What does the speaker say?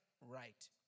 Right